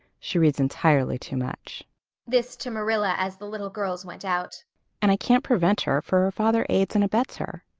she reads entirely too much this to marilla as the little girls went out and i can't prevent her, for her father aids and abets her.